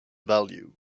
value